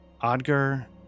Odger